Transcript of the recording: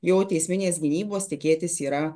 jau teisminės gynybos tikėtis yra